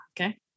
Okay